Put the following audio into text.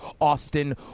Austin